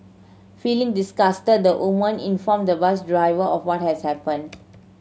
feeling disgusted the woman informed the bus driver of what has happened